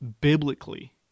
biblically